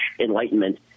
Enlightenment